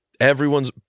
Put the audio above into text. Everyone's